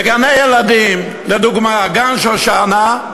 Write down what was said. בגני-ילדים, לדוגמה, "גן שושנה"